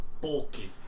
bulky